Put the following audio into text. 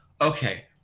okay